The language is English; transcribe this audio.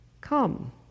come